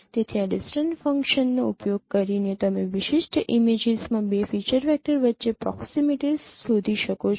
તેથી આ distance function નો ઉપયોગ કરીને તમે વિશિષ્ટ ઇમેજીસમાં બે ફીચર વેક્ટર વચ્ચે પ્રોક્ષિમિટીસ્ શોધી શકો છો